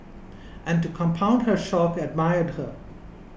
and to compound her shock admired her